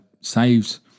saves